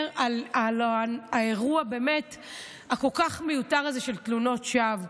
על האירוע הכל-כך מיותר הזה של תלונות שווא.